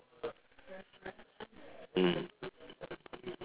mm